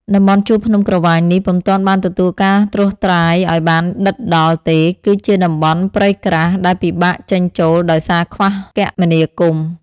តំបន់ជួរភ្នំក្រវាញនេះ ពុំទាន់បានទទួលការត្រួសត្រាយអោយបានដិតដល់ ទេ គឺជាតំបន់ព្រៃក្រាស់ដែលពិបាកចេញចូលដោយសារខ្វះគមនាគមន៍ ។